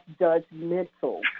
judgmental